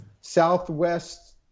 southwest